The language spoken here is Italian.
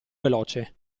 veloce